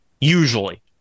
usually